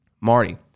Marty